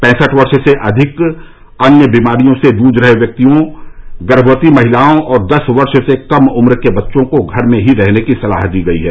पैंसठ वर्ष से अधिक अन्य बीमारियों से जूझ रहे व्यक्तियों गर्भवती महिलाओं और दस वर्ष से कम उम्र के बच्चों को घर में ही रहने की सलाह दी गई है